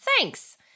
thanks